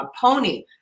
pony